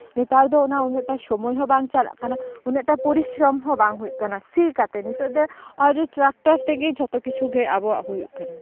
ᱱᱮᱛᱟᱨ ᱫᱚ ᱚᱱᱟ ᱩᱱᱟᱹᱜ ᱴᱟ ᱥᱚᱢᱚᱭ ᱦᱚᱸ ᱵᱟᱝ ᱪᱟᱵᱟᱜ ᱠᱟᱱᱟ ᱩᱱᱟᱹᱜ ᱴᱟ ᱯᱚᱨᱤᱥᱚᱨᱚᱢ ᱦᱚᱸ ᱵᱟᱝ ᱦᱩᱭᱩᱜ ᱠᱟᱱᱟ ᱥᱤ ᱠᱟᱛᱮᱜ ᱱᱤᱛᱚᱜ ᱫᱚ ᱱᱚᱜᱼᱚᱭ ᱴᱨᱟᱠᱴᱟᱨ ᱛᱮᱜᱮ ᱡᱷᱚᱛᱚ ᱠᱤᱪᱷᱩ ᱜᱮ ᱟᱵᱚᱣᱟᱜ ᱦᱩᱭᱩᱜ ᱠᱟᱱᱟ